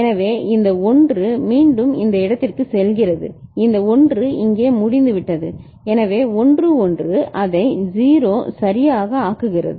எனவே இந்த 1 மீண்டும் இந்த இடத்திற்குச் செல்கிறது இந்த 1 இங்கே முடிந்துவிட்டது எனவே 1 1 அதை 0 சரியாக ஆக்குகிறது